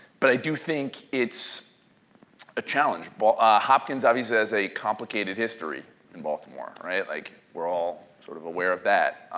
but i do think it's a challenge. but ah hopkins obviously has a complicated history in baltimore. right? like we're all sort of aware of that.